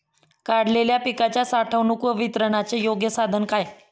काढलेल्या पिकाच्या साठवणूक व वितरणाचे योग्य साधन काय?